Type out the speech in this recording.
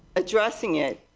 addressing it.